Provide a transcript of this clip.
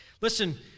Listen